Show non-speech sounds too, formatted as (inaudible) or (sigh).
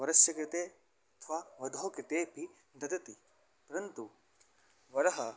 वरस्य कृते अथवा (unintelligible) वधोः कृतेऽपि ददति परन्तु वरः